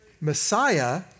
Messiah